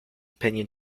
opinion